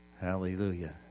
Hallelujah